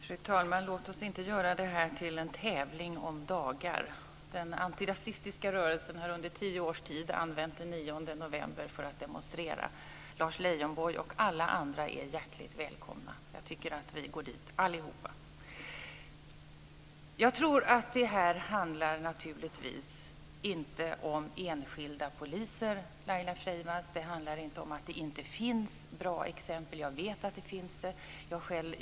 Fru talman! Låt oss inte göra det här till en tävling om dagar. Den antirasistiska rörelsen har under tio års tid använt den 9 november för att demonstrera. Lars Leijonborg och alla andra är hjärtligt välkomna. Jag tycker att vi går dit allihopa. Det här handlar naturligtvis inte om enskilda poliser, Laila Freivalds. Det handlar inte om att det inte finns bra exempel. Jag vet att det finns.